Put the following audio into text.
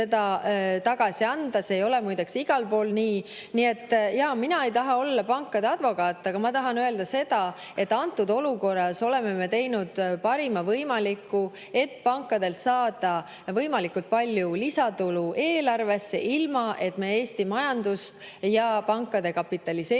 midagi tagasi anda. See ei ole muide igal pool nii. Nii et mina ei taha olla pankade advokaat, aga ma tahan öelda seda, et antud olukorras me oleme teinud parima võimaliku, et pankadelt saada võimalikult palju lisatulu eelarvesse, ilma et me Eesti majandust ja pankade kapitaliseeritust